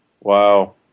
Wow